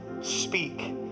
Speak